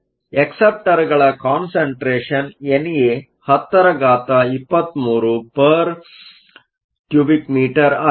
ಅಕ್ಸೆಪ್ಟರ್ಗಳ concentration ಎನ್ಎ1023m 3 ಆಗಿದೆ